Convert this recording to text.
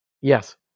Yes